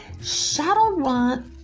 Shadowrun